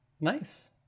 Nice